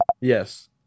Yes